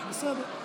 בסדר.